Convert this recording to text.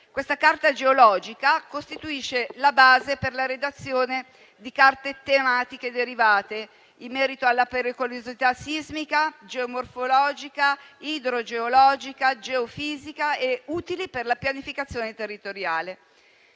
Questa Carta geologica costituisce la base per la redazione di carte tematiche derivate, in merito alla pericolosità sismica, geomorfologica, idrogeologica e geofisica, utili per la pianificazione territoriale.